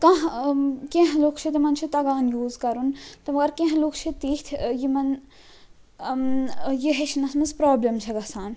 کانٛہہ کیٚنٛہہ لوٗکھ چھِ تِمن چھُ تَگان یوٗز کَرُن تہٕ مگر کیٚنٛہہ لوٗکھ چھِ تِتھۍ یمن یہِ ہیٚچھنَس مَنٛز پرٛابلم چھِ گَژھان